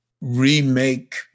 remake